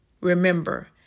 remember